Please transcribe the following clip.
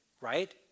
right